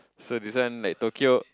so this one like Tokyo